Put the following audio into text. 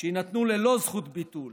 שיינתנו ללא זכות ביטול